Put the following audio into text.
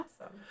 awesome